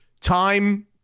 time-